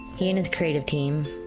he and his creative team,